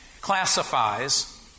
classifies